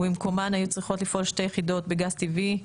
ובמקומן היו צריכות לפעול שתי יחידות בגז טבעי.